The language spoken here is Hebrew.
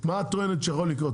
מה את טוענת שיכול לקרות?